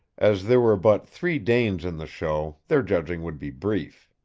as there were but three danes in the show, their judging would be brief.